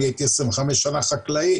אני הייתי 25 שנה חקלאי,